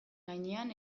gainean